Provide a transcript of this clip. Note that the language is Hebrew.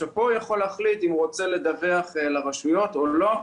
בנקודה הזאת הוא יכול להחליט אם הוא רוצה לדווח לרשויות או לא.